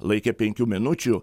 laike penkių minučių